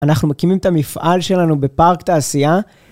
אנחנו מקימים את המפעל שלנו בפארק תעשייה.